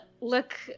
look